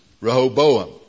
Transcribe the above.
Rehoboam